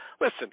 Listen